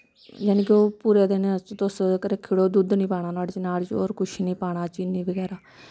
जानि के पूरा दिन उस्सी तुस रक्खी ओड़ो दुद्ध निं पाना नोहाड़े च नां होर कुछ निं पाना चीनी बगैरा